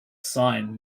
sign